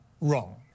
wrong